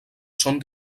són